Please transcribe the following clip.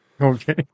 Okay